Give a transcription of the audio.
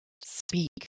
speak